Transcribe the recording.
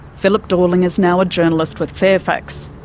philip dorling is now a journalist with fairfax.